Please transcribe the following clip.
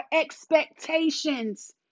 expectations